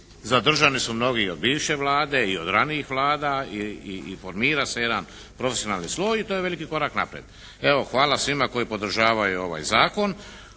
zadržani su mnogi od bivše Vlade i od ranijih vlada i formira se jedan profesionalni sloj i to je jedan veliki korak naprijed. Evo hvala svima koji podržavaju ovaj zakon.